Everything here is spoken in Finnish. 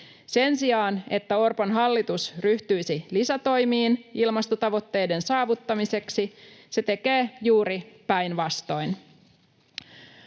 Sen sijaan, että Orpon hallitus ryhtyisi lisätoimiin ilmastotavoitteiden saavuttamiseksi, se tekee juuri päinvastoin.